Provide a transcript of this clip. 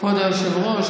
כבוד היושב-ראש,